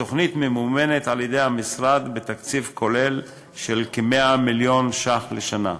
התוכנית ממומנת על-ידי המשרד בתקציב כולל של כ-100 מיליון ש"ח לשנה.